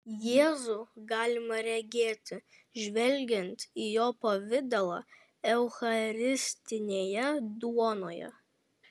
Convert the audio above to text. jėzų galima regėti žvelgiant į jo pavidalą eucharistinėje duonoje